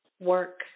work